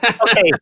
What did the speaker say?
Okay